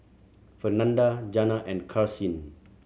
Fernanda Jana and Karsyn